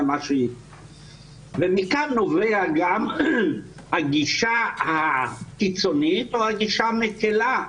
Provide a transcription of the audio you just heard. מכאן נובעת גם הגישה הקיצונית או הגישה המקלה.